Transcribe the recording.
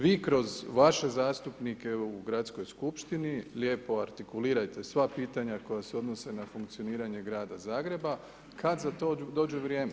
Vi kroz vaše zastupnike u gradskoj skupštini, lijepo artikulirajte sva pitanja koja se odnose na funkcioniranje Grada Zagreba, kada za to dođe vrijeme.